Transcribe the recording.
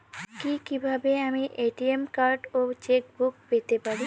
কি কিভাবে আমি এ.টি.এম কার্ড ও চেক বুক পেতে পারি?